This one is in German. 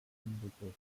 inbegriffen